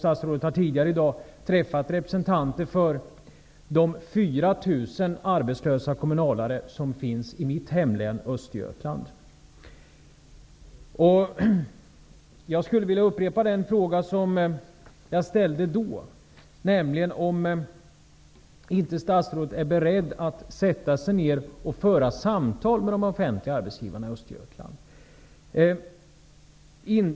Statsrådet har tidigare i dag träffat representanter för de 4 000 arbetslösa kommunalare som finns i mitt hemlän, Östergötland. Jag skulle vilja upprepa den fråga som jag ställde då, nämligen om statsrådet inte är beredd att sätta sig ned och föra samtal med de offentliga arbetsgivarna i Östergötland.